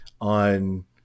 on